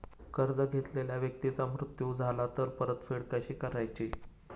कर्ज घेतलेल्या व्यक्तीचा मृत्यू झाला तर परतफेड कशी करायची?